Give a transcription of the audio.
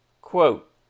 Quote